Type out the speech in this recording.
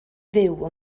fyw